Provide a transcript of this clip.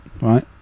Right